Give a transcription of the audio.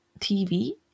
TV